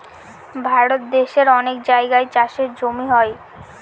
ভারত দেশের অনেক জায়গায় চাষের জমি হয়